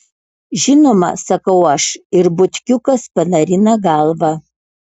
žinoma sakau aš ir butkiukas panarina galvą